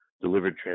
delivered